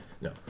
no